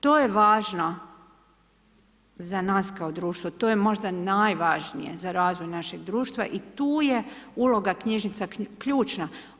To je važno za nas kao društvo, to je možda najvažnije za razvoj našeg društva i tu je uloga knjižnica ključna.